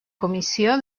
comissió